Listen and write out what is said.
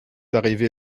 arrivée